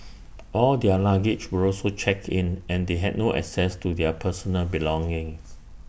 all their luggage were also checked in and they had no access to their personal belongings